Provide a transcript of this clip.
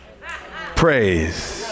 Praise